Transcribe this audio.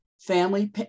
Family